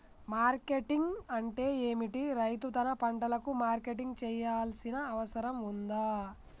Marketing అంటే ఏమిటి? రైతు తన పంటలకు మార్కెటింగ్ చేయాల్సిన అవసరం ఉందా?